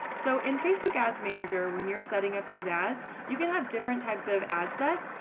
so in facebook ads manager when you're setting up these. ads you can have different types of ads sets.